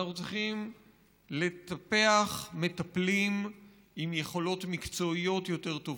אנחנו צריכים לטפח מטפלים עם יכולות מקצועיות יותר טובות,